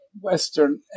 Western